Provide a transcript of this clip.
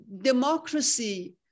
democracy